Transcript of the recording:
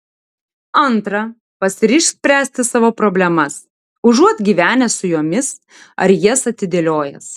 antra pasiryžk spręsti savo problemas užuot gyvenęs su jomis ar jas atidėliojęs